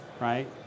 right